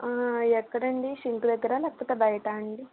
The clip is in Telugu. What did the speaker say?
ఎక్కడండి షింక్ దగ్గరా లేకపోతే బయటా అండి